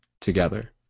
together